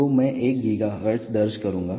तो मैं 1 GHz दर्ज करूंगा